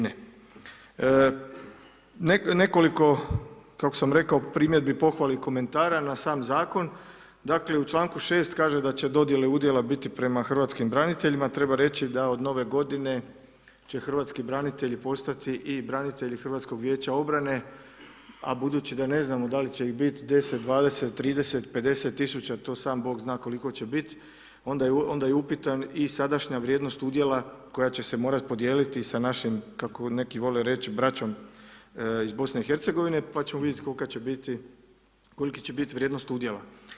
Nekoliko kako sam rekao primjedbi, pohvali i komentara na sam zakon, dakle u članku 6. kaže da će dodjele udjela biti prema hrvatskim braniteljima a treba reći da od Nove godine će hrvatski branitelji postati i branitelji HVO-a a budući da ne znamo da li će ih biti 10, 20, 30, 50 tisuća to sam bog zna koliko će biti onda je i upitna i sadašnja vrijednost udjela koja će se morati podijeliti sa našim, kako neki vole reći braćom iz BiH-a pa ćemo vidjeti kolika će biti, kolika će biti vrijednost udjela.